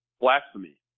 blasphemy